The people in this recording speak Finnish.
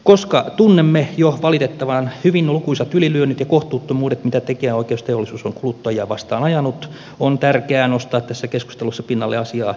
koska tunnemme jo valitettavan hyvin lukuisat ylilyönnit ja kohtuuttomuudet mitä tekijänoikeusteollisuus on kuluttajia vastaan ajanut on tärkeää nostaa tässä keskustelussa pinnalle asiaa artistienkin näkökulmasta